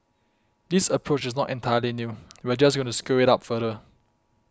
this approach is not entirely new we are just going to scale it up further